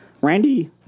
Randy